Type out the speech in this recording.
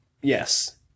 Yes